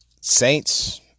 Saints